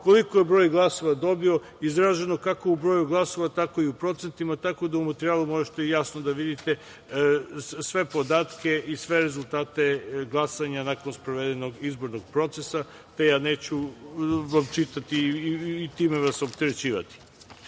koliko je broj glasova dobio, izraženo kako u broju glasova, tako i u procentima, tako da u materijalu možete jasno da vidite sve podatke i sve rezultate glasanja nakon sprovedenog izbornog procesa, te ja neću vam čitati i time vas opterećivati. To